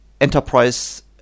Enterprise